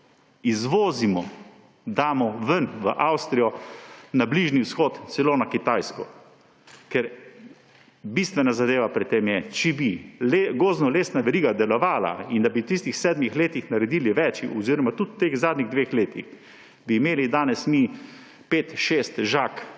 izvozimo; damo ven, v Avstrijo, na Bližnji vzhod, celo na Kitajsko. Ker bistvena zadeva pri tem je, če bi gozdno-lesna veriga delovala in da bi v tistih sedmih letih naredili več oziroma tudi v teh zadnjih dveh letih, bi imeli danes mi 5, 6 žag